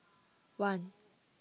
one